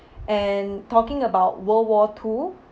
and talking about world war two